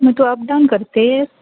मग तू अपडाऊन करतेस